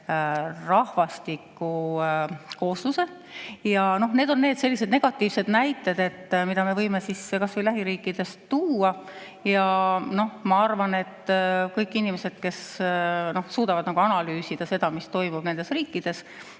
rahvastiku koosluse. Need on sellised negatiivsed näited, mida me võime lähiriikidest tuua. Ja ma arvan, et kõik inimesed, kes suudavad analüüsida seda, mis toimub nendes riikides,